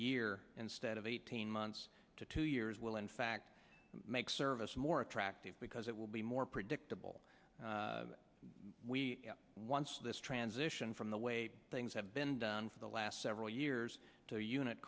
year instead of eighteen months to two years will in fact makes service more attractive because it will be more predictable once this transition from the way things have been done for the last several years to unit